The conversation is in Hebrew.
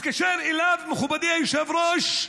מתקשר אליו, מכובדי היושב-ראש,